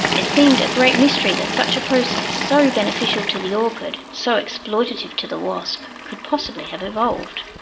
it seemed a great mystery that such a process, so beneficial to the orchid, so exploitative to the wasp, could possibly have evolved.